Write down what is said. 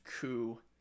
coup